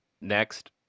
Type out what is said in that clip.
next